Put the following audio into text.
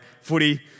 footy